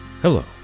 Hello